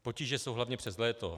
Potíže jsou hlavně přes léto.